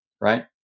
right